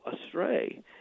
astray